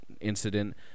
incident